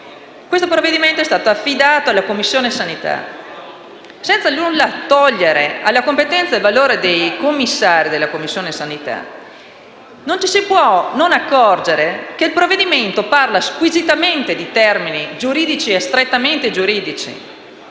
Questo provvedimento è stato affidato alla Commissione sanità. Senza nulla togliere alla competenza e al valore dei commissari della 12a Commissione permanente, non ci si può non accorgere che il provvedimento parla squisitamente in termini strettamente giuridici.